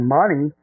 money